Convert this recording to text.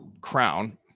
crown